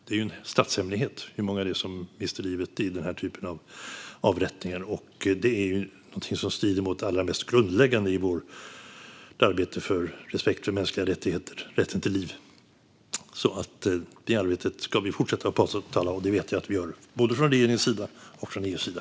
Det är en statshemlighet hur många det är som mister livet i den här typen av avrättningar. Detta är något som strider mot det allra mest grundläggande i vårt arbete för respekt för mänskliga rättigheter - rätten till liv. Detta arbete ska vi fortsätta och på alla sätt upprätthålla, och det vet jag att vi gör både från regeringens sida och från EU:s sida.